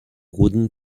wooden